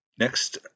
Next